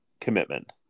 commitment